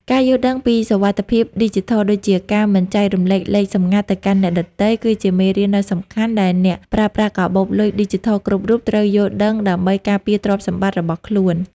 ការយល់ដឹងពីសុវត្ថិភាពឌីជីថល ដូចជាការមិនចែករំលែកលេខសម្ងាត់ទៅកាន់អ្នកដទៃ គឺជាមេរៀនដ៏សំខាន់ដែលអ្នកប្រើប្រាស់កាបូបលុយឌីជីថលគ្រប់រូបត្រូវយល់ដឹងដើម្បីការពារទ្រព្យសម្បត្តិរបស់ខ្លួន។